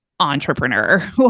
entrepreneur